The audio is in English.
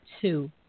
two